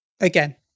Again